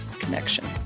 connection